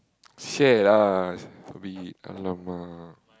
share lah we !alamak!